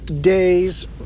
days